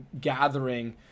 gathering